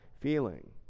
feeling